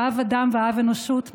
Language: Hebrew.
אהב אדם ואהב אנושות,